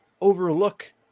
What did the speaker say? overlook